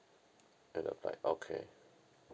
annual by okay